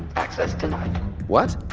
access denied what?